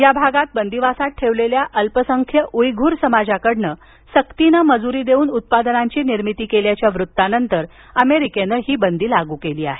या भागात बंदिवासात ठेवलेल्या अल्पसंख्य उईघुर समाजाकडून सक्तीने मजूरी देऊन उत्पादनांची निर्मिती केल्याच्या वृत्तानंतर अमेरिकेनं ही बंदी लागू केली आहे